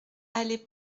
allée